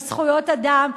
על זכויות אדם,